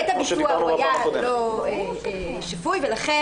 אבל בעת הביצוע הוא היה לא שפוי ולכן